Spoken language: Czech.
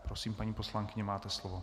Prosím, paní poslankyně, máte slovo.